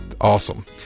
Awesome